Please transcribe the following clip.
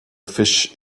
fish